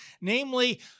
Namely